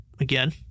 Again